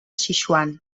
sichuan